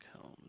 home